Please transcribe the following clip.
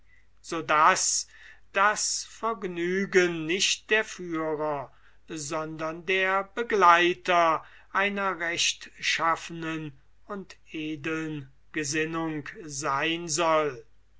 so daß das vergnügen nicht der führer sondern der begleiter einer rechtschaffenen und edeln gesinnung sein soll